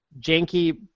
Janky